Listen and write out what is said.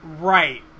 Right